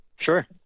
Sure